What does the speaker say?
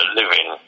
living